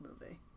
movie